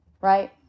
right